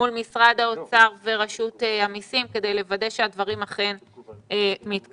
מול משרד האוצר ורשות המסים כדי לוודא שהדברים אכן מתקדמים.